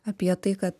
apie tai kad